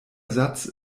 satz